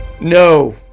No